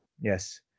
yes